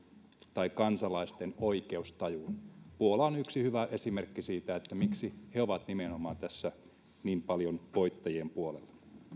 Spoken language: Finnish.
tai kansalaisten oikeustajuun puola on yksi hyvä esimerkki siitä miksi he ovat nimenomaan tässä niin paljon voittajien puolella